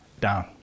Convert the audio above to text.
down